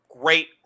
great